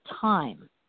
time